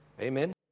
Amen